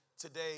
today